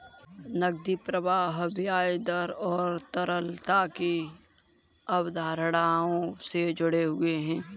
नकदी प्रवाह ब्याज दर और तरलता की अवधारणाओं से जुड़े हुए हैं